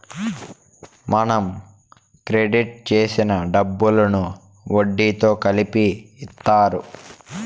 మనం క్రెడిట్ చేసిన డబ్బులను వడ్డీతో కలిపి ఇత్తారు